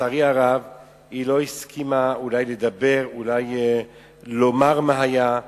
לצערי הרב היא לא הסכימה לדבר, כי היא אמרה,